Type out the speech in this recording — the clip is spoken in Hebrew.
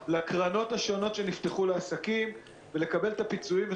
לקרנות השונות שנפתחו לעסקים ולקבל את הפיצויים.